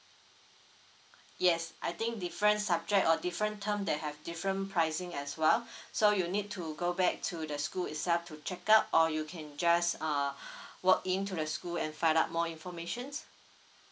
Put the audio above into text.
yes I think different subject or different term they have different pricing as well so you need to go back to the school itself to check out or you can just uh walk in to the school and find out more information